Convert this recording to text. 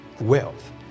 wealth